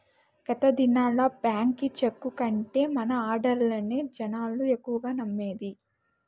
గత దినాల్ల బాంకీ చెక్కు కంటే మన ఆడ్డర్లనే జనాలు ఎక్కువగా నమ్మేది